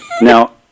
Now